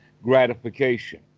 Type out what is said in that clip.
gratification